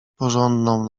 porządną